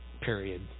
Period